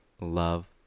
love